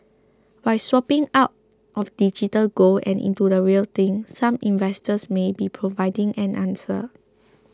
by swapping out of digital gold and into the real thing some investors may be providing an answer